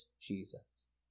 Jesus